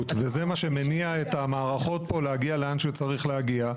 וזה מה שמניע את המערכות פה להגיע לאן שצריך להגיע,